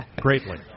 Greatly